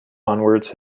onwards